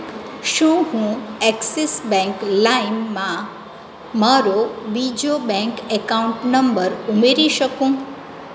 શું હું Axis bank લાઈમમાં મારો બીજો બેંક એકાઉન્ટ નંબર ઉમેરી શકું